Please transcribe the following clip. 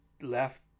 left